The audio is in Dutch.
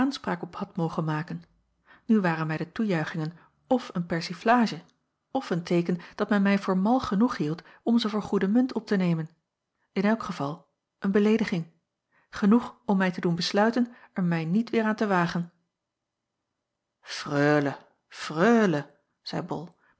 aanspraak op had mogen maken nu waren mij de toejuichingen f een persiflage f een teeken dat men mij voor mal genoeg hield om ze voor goede munt op te nemen in elk geval een beleediging genoeg om mij te doen besluiten er mij niet weêr aan te wagen freule freule zeî bol